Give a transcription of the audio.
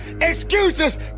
excuses